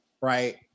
right